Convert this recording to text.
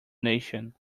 nation